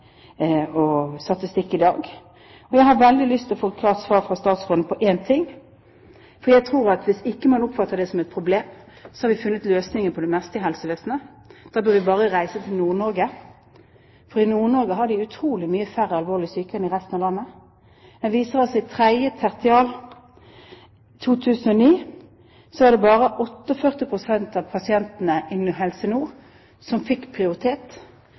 pasientrettighetene sine. I dag er det kommet ny ventelistestatistikk. Jeg har veldig lyst til å få et klart svar fra statsråden på én ting, for jeg tror at hvis man ikke oppfatter det som et problem, har vi funnet løsningen på det meste i helsevesenet. Da bør vi bare reise til Nord-Norge, for i Nord-Norge har de utrolig mange færre alvorlig syke enn i resten av landet. Statistikken viser at i 3. tertial 2009 var det bare 48 pst. av pasientene innenfor Helse Nord som fikk prioritet,